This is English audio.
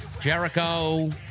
Jericho